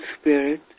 spirit